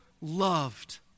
loved